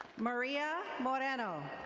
maria moreno.